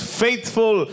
faithful